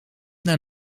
naar